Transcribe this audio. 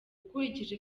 ukurikije